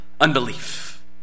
unbelief